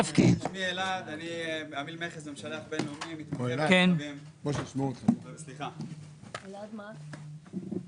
מעל 300 אלף שקלים מתחילים לשלם על זה מס יוקרה,